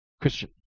Christian